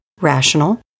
rational